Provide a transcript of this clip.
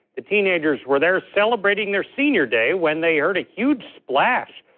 the teenagers were there celebrating their senior day when they heard a huge splash.